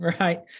right